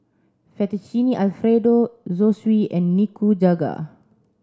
Fettuccine Alfredo Zosui and Nikujaga